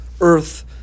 earth